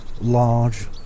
large